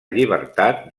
llibertat